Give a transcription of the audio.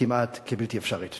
כמעט כבלתי אפשרית.